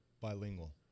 bilingual